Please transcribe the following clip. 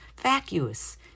vacuous